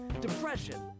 depression